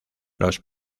los